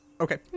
Okay